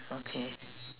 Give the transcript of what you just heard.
okay